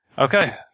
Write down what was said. Okay